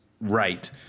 right